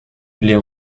les